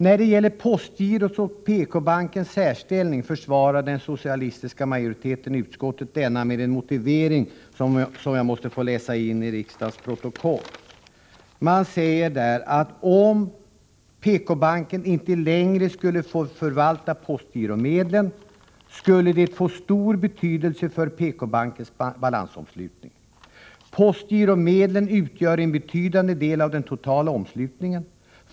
När det gäller postgirot och PK-bankens särställning försvarar den socialistiska majoriteten i utskottet denna med en motivering som jag måste få läsa in till riksdagens protokoll. Utskottet skriver: ”Om PK-banken inte längre skulle få förvalta postgiromedlen skulle det få stor betydelse för PK-bankens balansomslutning. Postgiromedlen utgör en betydande del av den totala omslutningen.